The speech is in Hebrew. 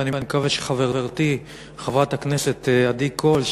ואני מקווה שחברתי חברת הכנסת עדי קול,